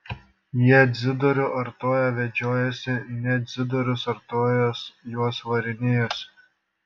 jie dzidorių artoją vedžiojosi ne dzidorius artojas juos varinėjosi